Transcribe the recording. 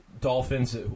Dolphins